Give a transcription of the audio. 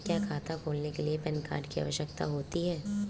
क्या खाता खोलने के लिए पैन कार्ड की आवश्यकता होती है?